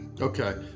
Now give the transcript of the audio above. okay